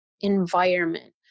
environment